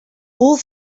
all